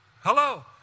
Hello